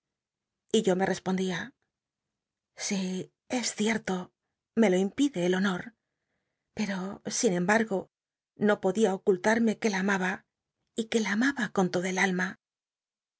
y yo me respondía sí es cierto me lo impide el honor pero sin embargo no podía ocull arme que la amaba y que la amaba con toda el alma así